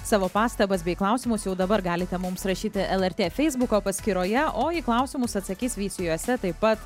savo pastabas bei klausimus jau dabar galite mums rašyti lrt feisbuko paskyroje o į klausimus atsakys veisiejuose taip pat